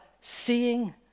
seeing